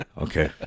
Okay